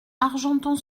argenton